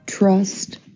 trust